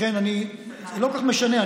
לכן זה לא כל כך משנה,